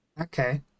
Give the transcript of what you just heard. okay